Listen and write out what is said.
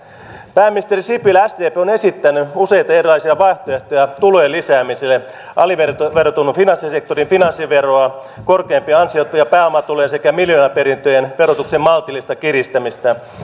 pääministeri sipilä sdp on esittänyt useita erilaisia vaihtoehtoja tulojen lisäämiselle aliverotetun aliverotetun finanssisektorin finanssiveroa korkeimpien ansioiden ja pääomatulojen sekä miljoonaperintöjen verotuksen maltillista kiristämistä